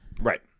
Right